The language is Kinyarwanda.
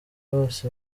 bose